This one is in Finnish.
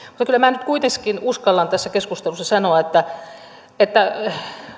mutta kyllä minä nyt kuitenkin uskallan tässä keskustelussa sanoa että että